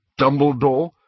Dumbledore